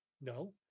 No